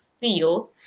feel